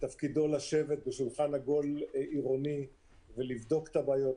ותפקידו לשבת בשולחן עגול עירוני ולבדוק את הבעיות,